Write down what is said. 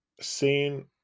seen